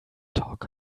talk